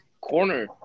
corner